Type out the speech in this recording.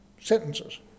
sentences